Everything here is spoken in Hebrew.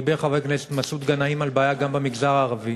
דיבר חבר הכנסת מסעוד גנאים על בעיה גם במגזר הערבי,